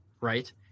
right